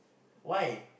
why